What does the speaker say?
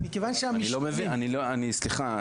סליחה,